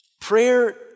Prayer